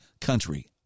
country